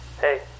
Hey